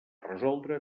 resoldre